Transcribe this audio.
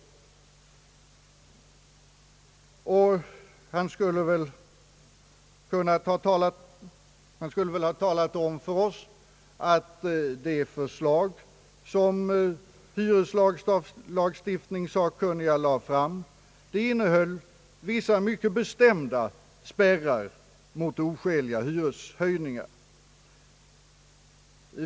Han skulle väl ha talat om för oss att hyreslagstiftningssakkunnigas förslag innehöll vissa mycket bestämda spärrar mot oskäliga hyreshöjningar.